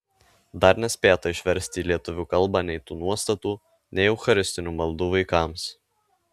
dar nespėta išversti į lietuvių kalbą nei tų nuostatų nei eucharistinių maldų vaikams